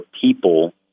people